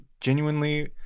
genuinely